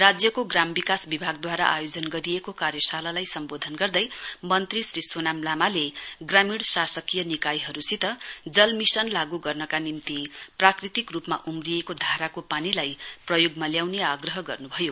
राज्यको ग्राम विकास विभागद्वारा आयोजन गरिएको कार्यशालालाई सम्बोधन गर्दै मन्त्री श्री सोनाम लामाले ग्रामीण शासकीय निकायहरुसित जल मिशन लागू गर्नका निम्ति प्राकृतिक रुपमा उम्रिएको धाराको पानीलाई प्रयोगमा ल्याउने आग्रह गर्नुभयो